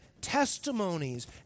testimonies